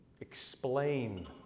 explain